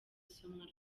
isomwa